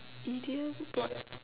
idiom broad